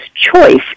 choice